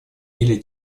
или